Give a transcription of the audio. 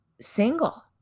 single